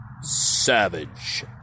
Savage